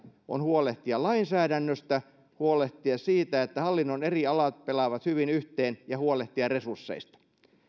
on huolehtia lainsäädännöstä huolehtia siitä että hallinnon eri alat pelaavat hyvin yhteen ja huolehtia resursseista